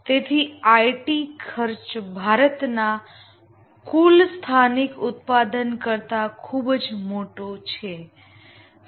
તેથી આઇટી ખર્ચ ભારતના કુલ સ્થાનિક ઉત્પાદન કરતા ખુબજ મોટો છે